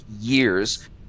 years